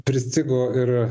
pristigo ir